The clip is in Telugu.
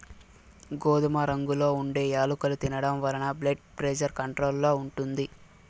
గోధుమ రంగులో ఉండే యాలుకలు తినడం వలన బ్లెడ్ ప్రెజర్ కంట్రోల్ లో ఉంటుంది